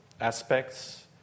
aspects